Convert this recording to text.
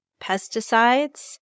pesticides